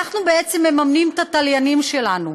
אנחנו בעצם מממנים את התליינים שלנו.